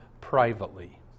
privately